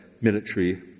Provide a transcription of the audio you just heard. military